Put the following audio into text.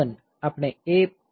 આપણે MOV AP1 કરીએ છીએ